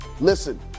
listen